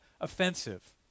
offensive